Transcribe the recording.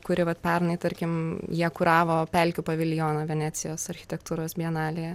kuri vat pernai tarkim jie kuravo pelkių paviljoną venecijos architektūros bienalėje